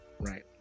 Right